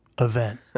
event